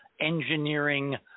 engineering